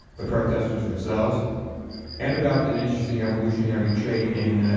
the protesters themselves and about the and interesting evolutionary tree in ah.